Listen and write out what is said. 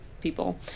people